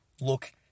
look